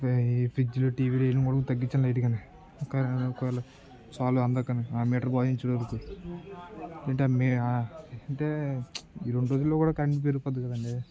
ఈ ఫ్రిజ్జులు టీవీలు ఇవి మూడు తగ్గించండి లైట్గా ఒక ఒకవేళ సాల్వ్ అందకని ఆ మీటర్ బాధించే వరకు ఏంటంటే ఈ రెండు రోజుల్లో కూడా కరెంట్ పెరిగి పోతుంది కదండీ